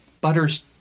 butter's